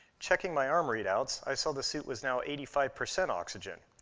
checking my arm readouts, i saw the suit was now eighty five percent oxygen.